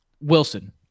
Wilson